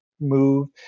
move